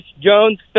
Jones